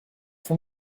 from